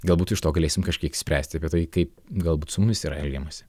galbūt iš to galėsim kažkiek spręsti apie tai kaip galbūt su mumis yra elgiamasi